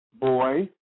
boy